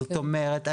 זאת אומרת,